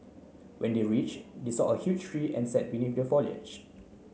when they reach they saw a huge tree and sat beneath the foliage